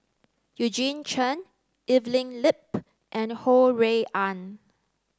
Eugene Chen Evelyn Lip and Ho Rui An